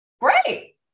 Great